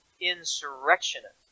insurrectionist